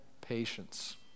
patience